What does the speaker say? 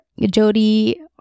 Jody